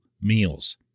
meals